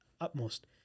utmost